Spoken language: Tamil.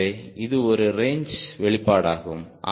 ஆகவே இது ஒரு ரேஞ்ச் வெளிப்பாடாகும்